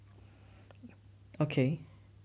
okay